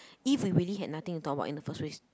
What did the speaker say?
if we had really nothing to talk about in the first place